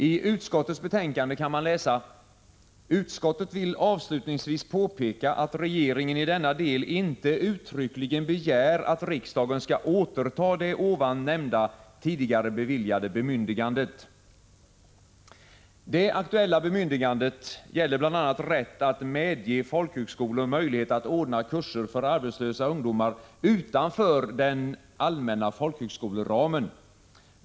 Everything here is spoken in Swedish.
I utskottets betänkande kan man läsa: ”Utskottet vill avslutningsvis påpeka att regeringen i denna del inte uttryckligen begär att riksdagen skall återta det ovan nämnda, tidigare beviljade bemyndigandet ——=.” Det aktuella bemyndigandet gäller bl.a. rätt att medge folkhögskolor möjlighet att ordna kurser för arbetslösa ungdomar utanför den allmänna folkhögskoleramen.